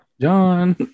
John